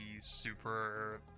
super